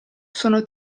sono